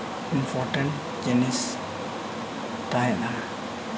importance ᱡᱤᱱᱤᱥ ᱛᱟᱦᱮᱱᱟ